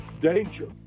danger